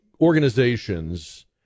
organizations